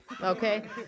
okay